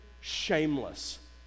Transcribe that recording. shameless